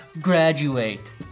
graduate